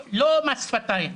לא מס שפתיים.